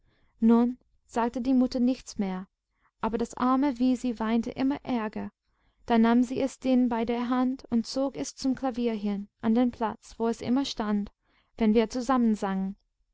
nun sagte die mutter nichts mehr aber das arme wisi weinte immer ärger da nahm sie es denn bei der hand und zog es zum klavier hin an den platz wo es immer stand wenn wir